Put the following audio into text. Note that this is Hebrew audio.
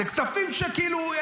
אלה כספים שכאילו,